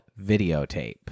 Videotape